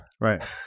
Right